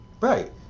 Right